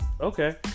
okay